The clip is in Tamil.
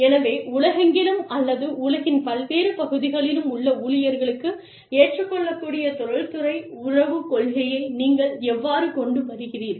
எனவே உலகெங்கிலும் அல்லது உலகின் பல்வேறு பகுதிகளிலும் உள்ள ஊழியர்களுக்கு ஏற்றுக்கொள்ளக்கூடிய தொழில்துறை உறவு கொள்கையை நீங்கள் எவ்வாறு கொண்டு வருகிறீர்கள்